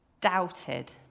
doubted